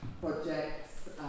projects